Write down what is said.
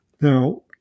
Now